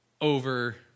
over